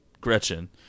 Gretchen